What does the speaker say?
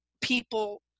people